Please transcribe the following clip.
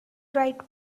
right